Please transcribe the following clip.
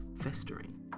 festering